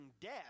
death